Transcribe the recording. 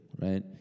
right